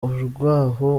urwaho